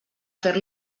fer